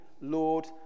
Lord